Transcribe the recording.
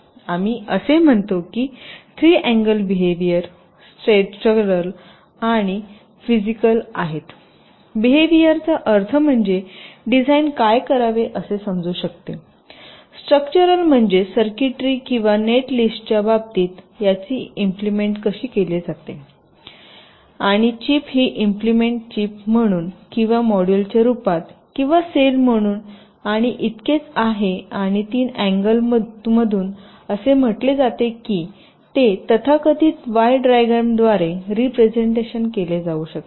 आम्ही असे म्हणतो की 3 अँगल बेहवीयर स्ट्रक्चरल आणि फिजिकल आहेत बेहवीयरचा अर्थ म्हणजे डिझाइन काय करावे असे समजू शकते स्ट्रक्चरल म्हणजे सर्किटरी किंवा नेट लिस्टच्या बाबतीत याची इम्प्लिमेंट कशी केली जाते आणि चीप ही इम्प्लिमेंट चिप म्हणून किंवा मॉड्यूलच्या रूपात किंवा सेल म्हणून आणि इतकेच आहे आणि 3 अँगलतून असे म्हटले जाते की ते तथाकथित वाय डायग्रॅमद्वारे रिप्रेझेन्टटेशन केले जाऊ शकते